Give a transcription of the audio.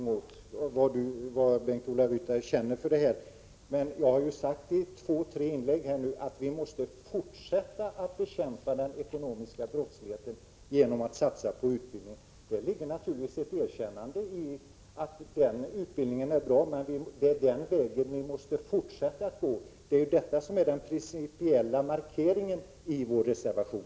Fru talman! Bengt-Ola Ryttars känslor kan inte jag göra något åt. Jag har i två tre inlägg sagt att vi måste fortsätta att bekämpa den ekonomiska brottsligheten genom att satsa på utbildningen. Däri ligger naturligtvis ett erkännande — utbildningen är bra. Det är också denna väg som vi måste gå vidare på. Det är den principiella markeringen i vår reservation.